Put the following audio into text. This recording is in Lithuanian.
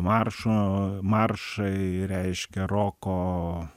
maršo maršai reiškia roko